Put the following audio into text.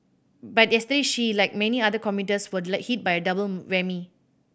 but yesterday she like many other commuters were hit by a double whammy